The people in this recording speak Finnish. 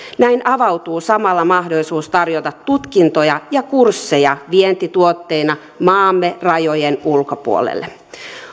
näin avautuu samalla mahdollisuus tarjota tutkintoja ja kursseja vientituotteina maamme rajojen ulkopuolelle